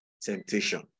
temptation